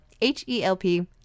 H-E-L-P